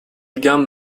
gum